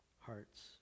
hearts